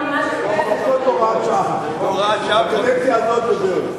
שעה, בקדנציה הזאת, וזהו.